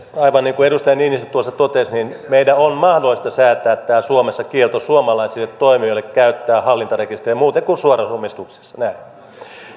aivan niin kuin edustaja niinistö tuossa totesi meidän on mahdollista säätää suomessa kielto suomalaisille toimijoille käyttää hallintarekisteriä muuten kuin suorassa omistuksessa